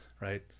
right